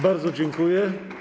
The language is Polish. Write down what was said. Bardzo dziękuję.